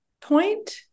point